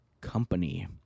company